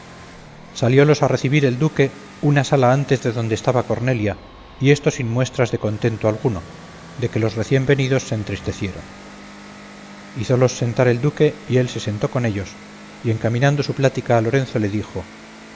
sabía saliólos a recebir el duque una sala antes de donde estaba cornelia y esto sin muestras de contento alguno de que los recién venidos se entristecieron hízolos sentar el duque y él se sentó con ellos y encaminando su plática a lorenzo le dijo